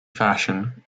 fashion